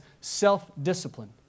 self-discipline